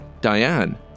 Diane